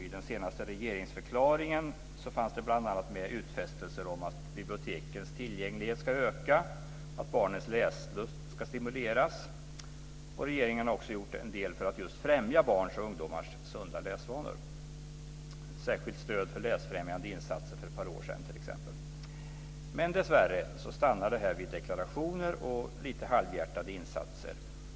I den senaste regeringsförklaringen fanns bl.a. med utfästelser om att bibliotekens tillgänglighet ska öka och att barnens läslust ska stimuleras. Regeringen har också gjort en del för att just främja barns och ungdomars sunda läsvanor. Det gäller t.ex. särskilt stöd för läsframjande insatser för ett par år sedan. Men dessvärre stannar det vid deklarationer och lite halvhjärtade insatser.